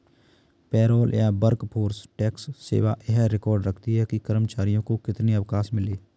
payroll या workforce tax सेवा यह रिकॉर्ड रखती है कि कर्मचारियों को कितने अवकाश मिले